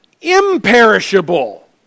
imperishable